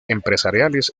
empresariales